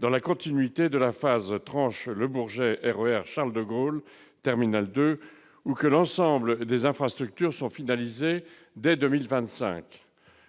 dans la continuité de la tranche Le Bourget RER - Charles-de-Gaulle terminal 2, ou que l'ensemble des infrastructures soient finalisées dès 2025.